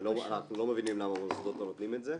ואנחנו לא מבינים למה המוסדות לא נותנים את זה.